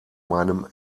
meinem